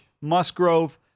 Musgrove